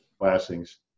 Blessings